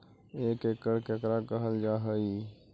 एक एकड़ केकरा कहल जा हइ?